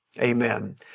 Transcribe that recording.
Amen